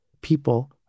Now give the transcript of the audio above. people